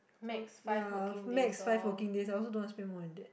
so yea makes five working days oh I also don't want spend more than that